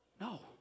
No